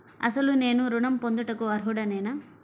అసలు నేను ఋణం పొందుటకు అర్హుడనేన?